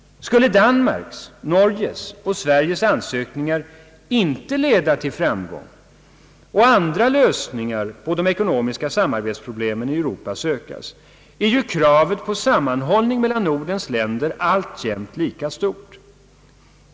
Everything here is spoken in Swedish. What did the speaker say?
Skulle Danmarks, Norges och Sveriges ansökningar inte leda till framgång och andra lösningar på de ekonomiska samarbetsproblemen i Europa sökas, är kravet på sammanhållning mellan Nordens länder alltjämt lika stort.